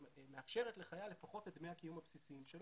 שמאפשרת לחייל את דמי הקיום הבסיסיים שלו.